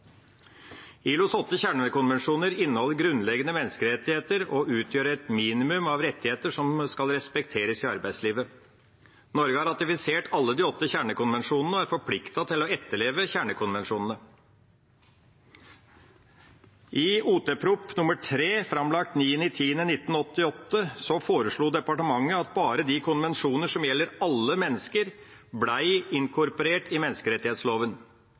ILOs åtte kjernekonvensjoner inneholder grunnleggende menneskerettigheter og utgjør et minimum av rettigheter som skal respekteres i arbeidslivet. Norge har ratifisert alle de åtte kjernekonvensjonene og er forpliktet til å etterleve kjernekonvensjonene. I Ot.prp. nr. 3 for 1998–99, framlagt 9. oktober 1998, foreslo departementet at bare de konvensjoner som gjelder alle mennesker, ble inkorporert i